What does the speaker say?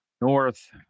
North